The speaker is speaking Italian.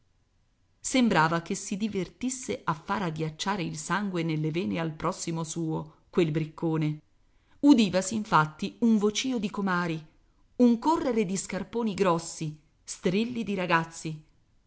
sembrava che si divertisse a fare agghiacciare il sangue nelle vene al prossimo suo quel briccone udivasi infatti un vocìo di comari un correre di scarponi grossi strilli di ragazzi